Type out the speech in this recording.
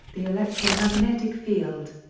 the electromagnetic field.